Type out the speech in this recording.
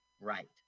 right